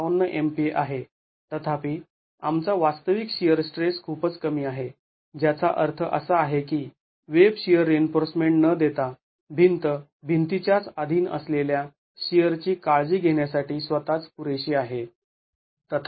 २५७ MPa आहे तथापि आमचा वास्तविक शिअर स्ट्रेस खूपच कमी आहे ज्याचा अर्थ असा आहे की वेब शिअर रिइन्फोर्समेंट न देता भिंत भिंतीच्या च अधीन असलेल्या शिअर ची काळजी घेण्यासाठी स्वतःच पुरेशी आहे